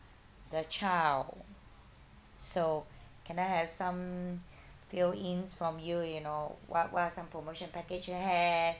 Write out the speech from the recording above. the child so can I have some fill ins from you you know what what are some promotion package you have